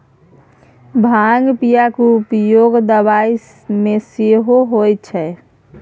भांगक बियाक उपयोग दबाई मे सेहो होए छै